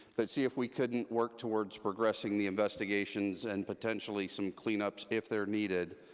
but see if we couldn't work towards progressing the investigations, and potentially some cleanups, if they're needed,